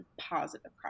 positive